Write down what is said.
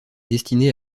destiné